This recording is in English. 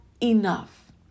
enough